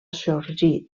sorgir